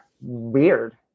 weird